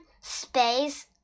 Space